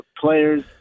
players